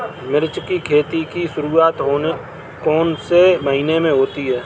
मिर्च की खेती की शुरूआत कौन से महीने में होती है?